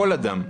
כל אדם.